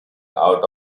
out